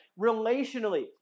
Relationally